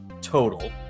total